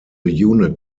unit